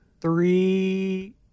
three